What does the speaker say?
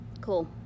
Cool